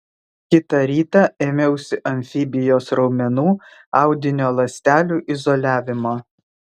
kitą rytą ėmiausi amfibijos raumenų audinio ląstelių izoliavimo